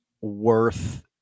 worth